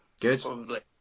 Good